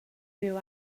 rhyw